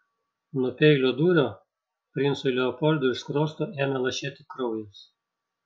nuo peilio dūrio princui leopoldui iš skruosto ėmė lašėti kraujas